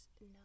No